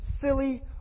silly